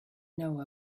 know